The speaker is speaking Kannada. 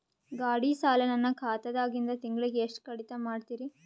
ಗಾಢಿ ಸಾಲ ನನ್ನ ಖಾತಾದಾಗಿಂದ ತಿಂಗಳಿಗೆ ಎಷ್ಟು ಕಡಿತ ಮಾಡ್ತಿರಿ?